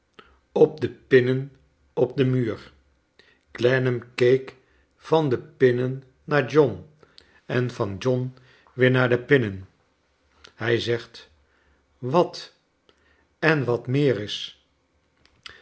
op de pinnen op den muur clennam keek van de pinnen naar john en van john weer naar de pinnen hij zegt wat en wat meer is